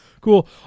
cool